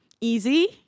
Easy